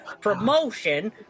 promotion